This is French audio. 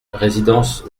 résidence